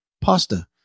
pasta